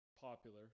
popular